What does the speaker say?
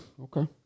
Okay